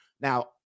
Now